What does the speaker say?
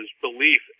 belief